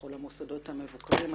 בכל המוסדות המבקרים.